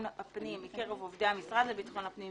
הפנים מקרב עובדי המשרד לביטחון הפנים,